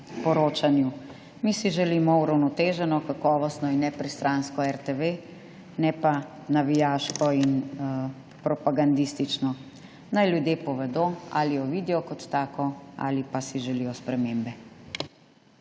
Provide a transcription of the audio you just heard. Mi si želimo uravnoteženo, kakovostno in nepristransko RTV, ne pa navijaške in propagandistične. Naj ljudje povedo, ali jo vidijo kot tako ali pa si želijo spremembe.